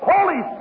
Holy